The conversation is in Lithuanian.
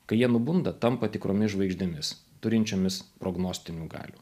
kai jie nubunda tampa tikromis žvaigždėmis turinčiomis prognostinių galių